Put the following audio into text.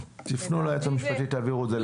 תפנו ליועץ המשפטי תעבירו את זה לכאן.